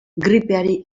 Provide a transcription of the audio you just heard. gripeari